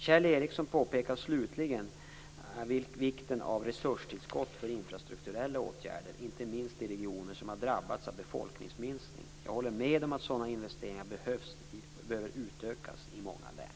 Kjell Ericsson påpekar slutligen vikten av resurstillskott för infrastrukturella åtgärder, inte minst i regioner som har drabbats av befolkningsminskning. Jag håller med om att sådana investeringar behöver utökas i många län.